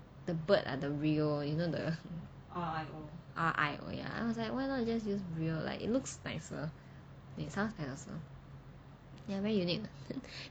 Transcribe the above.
the bird ah the rio you know the r i o ya then I was like why not just use rio it looks nicer it sounds also ya very unique [what]